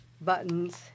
buttons